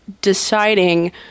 deciding